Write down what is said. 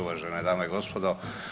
Uvažene dame i gospodo.